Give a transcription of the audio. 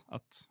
Att